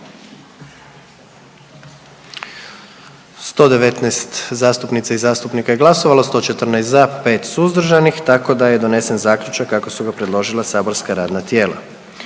111 zastupnica i zastupnika je glasovalo, 77 za, 31 suzdržan i 3 protiv pa je donesen Zaključak kako su ga predložila saborska radna tijela.